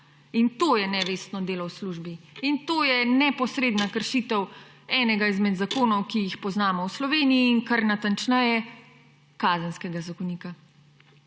In to je nevestno delo v službi, in to je neposredna kršitev enega izmed zakonov, ki jih poznamo v Sloveniji, natančneje, Kazenskega zakonika.